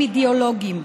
אידיאולוגיים?